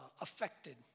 affected